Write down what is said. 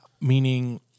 meaning